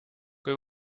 kui